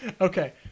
Okay